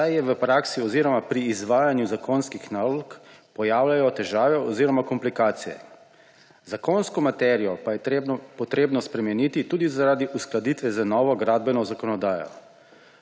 saj se pri izvajanju zakonskih nalog pojavljajo težave oziroma komplikacije, zakonsko materijo pa je treba spremeniti tudi zaradi uskladitve z novo gradbeno zakonodajo.